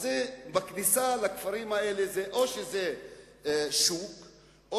אז בכניסה לכפרים האלה או שזה שוק או